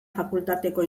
fakultateko